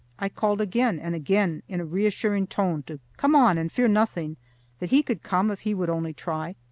i called again and again in a reassuring tone to come on and fear nothing that he could come if he would only try.